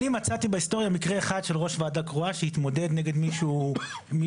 אני מצאתי בהיסטוריה מקרה אחד של ראש ועדה קרואה שהתמודד נגד מישהו אחר.